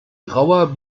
grauer